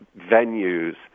venues